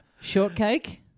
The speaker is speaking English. shortcake